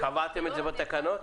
קבעתם את זה בתקנות?